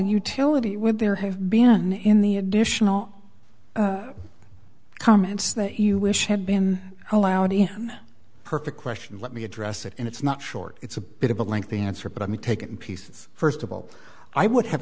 utility would there have been in the additional comments that you wish had been allowed in perfect question let me address it and it's not short it's a bit of a lengthy answer but i mean take it in pieces first of all i would have